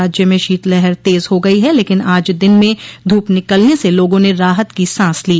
राज्य में शीतलहर तेज हो गई है लेकिन आज दिन में धूप निकलने से लोगों ने राहत की सांस ली